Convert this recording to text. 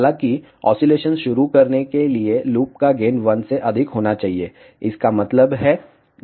हालाँकि ऑसीलेशन शुरू करने के लिए लूप का गेन 1 से अधिक होना चाहिए इसका मतलब है outL1